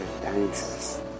dangerous